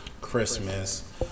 Christmas